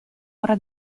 ora